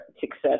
success